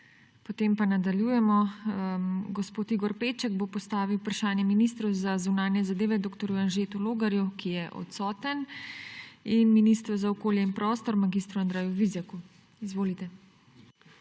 Potem pa nadaljujemo. Gospod Igor Peček bo postavil vprašanje ministru za zunanje zadeve dr. Anžetu Logarju, ki je odstoten, ter ministru za okolje in prostor mag. Andreju Vizjaku. Izvolite.